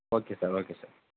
okay sir okay sir